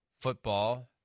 football